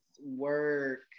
work